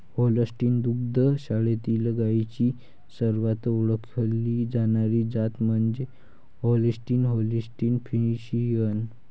Holstein दुग्ध शाळेतील गायींची सर्वात ओळखली जाणारी जात म्हणजे होल्स्टीन होल्स्टीन फ्रिशियन